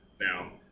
now